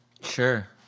Sure